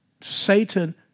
Satan